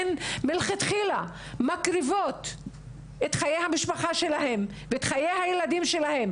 והן מלכתחילה מקריבות את חיי המשפחה שלהן ואת חיי הילדים שלהן,